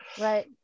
right